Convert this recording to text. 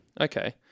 Okay